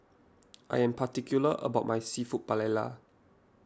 I am particular about my Seafood Paella